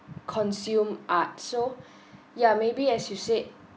consume art so yeah maybe as you said